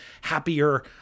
happier